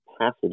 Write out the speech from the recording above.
passage